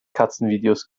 katzenvideos